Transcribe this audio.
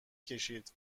کشید